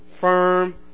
firm